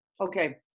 Okay